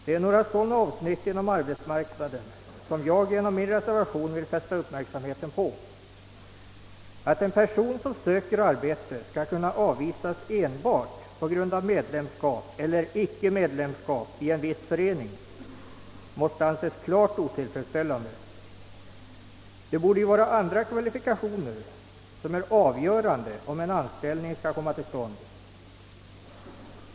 Det är några sådana avsnitt inom arbetsmarknaden som jag genom min reservation vill fästa uppmärksamheten på. Att en person som söker arbete skall kunna avvisas enbart på grund av medlemskap eller icke medlemskap i en viss förening måste anses klart otill fredsställande. Det borde ju vara andra kvalifikationer som är avgörande för om en anställning skall komma till stånd.